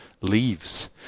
leaves